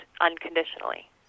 unconditionally